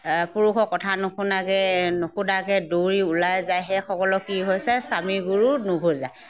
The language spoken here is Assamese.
পুৰুষৰ কথা নুশুনাকৈ নুসোধাকৈ দৌৰি ওলাই যায় সেইসকলৰ কি হৈছে স্বামীগুৰুও নোসোজে